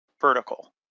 vertical